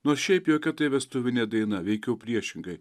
nors šiaip jokia tai vestuvinė daina veikiau priešingai